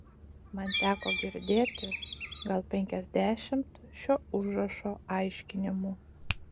man teko girdėti gal penkiasdešimt šio užrašo aiškinimų